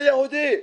זה יהודי.